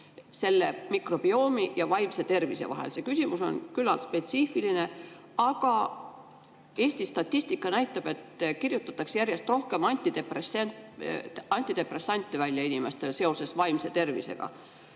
selle mikrobioomi ja vaimse tervise vahel. See küsimus on küllalt spetsiifiline, aga Eesti statistika näitab, et kirjutatakse järjest rohkem antidepressante välja inimestele seoses vaimse tervisega.